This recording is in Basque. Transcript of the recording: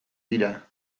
dira